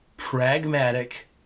Pragmatic